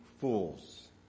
fools